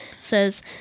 says